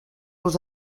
los